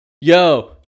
Yo